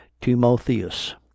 timotheus